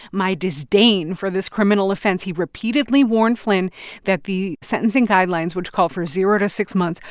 my disdain for this criminal offense. he repeatedly warned flynn that the sentencing guidelines, which call for zero to six months,